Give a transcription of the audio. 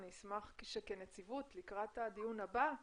אני אשמח שכנציגות לקראת הדיון הבא בנושא,